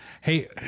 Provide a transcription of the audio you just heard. Hey